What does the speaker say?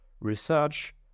research